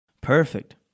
Perfect